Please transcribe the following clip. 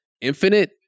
Infinite